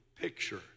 picture